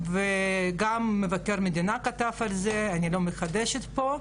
וגם מבקר המדינה כתב על זה, אני לא מחדשת פה.